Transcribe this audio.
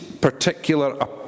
particular